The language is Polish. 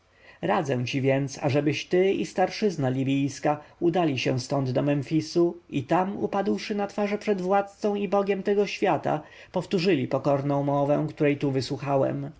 radzę ci więc ażebyś ty i starszyzna libijska udali się stąd do memfisu i tam upadłszy na twarz przed władcą i bogiem tego świata powtórzyli pokorną mowę której tu wysłuchałem